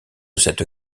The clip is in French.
cette